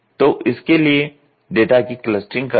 तो इसके लिए डाटा की क्लस्टरिंग करते हैं